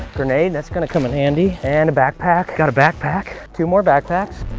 grenade. that's going to come in handy. and a backpack. got a backpack. two more backpacks.